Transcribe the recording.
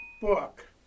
book